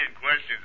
questions